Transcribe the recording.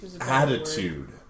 attitude